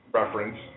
reference